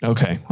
Okay